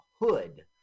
Hood